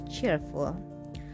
cheerful